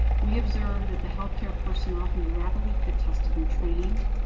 we observe that the healthcare personnel can be rapidly fit tested and trained,